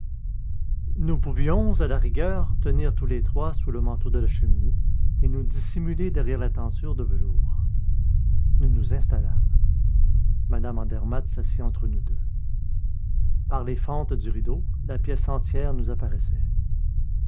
nous pouvions à la rigueur tenir tous les trois sous le manteau de la cheminée et nous dissimuler derrière la tenture de velours nous nous installâmes mme andermatt s'assit entre nous deux par les fentes du rideau la pièce entière nous apparaissait